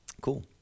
cool